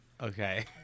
Okay